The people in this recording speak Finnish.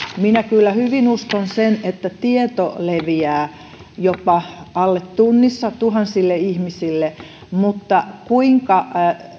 minä kyllä hyvin uskon sen että tieto leviää jopa alle tunnissa tuhansille ihmisille mutta kuinka